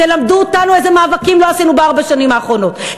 תלמדו אותנו איזה מאבקים לא עשינו בארבע שנים האחרונות,